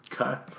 Okay